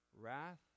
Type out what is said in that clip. wrath